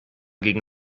gegen